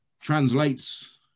translates